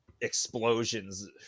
explosions